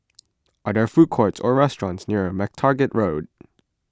are there food courts or restaurants near MacTaggart Road